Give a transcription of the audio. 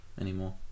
anymore